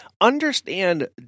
Understand